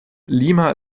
lima